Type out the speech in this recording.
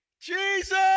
Jesus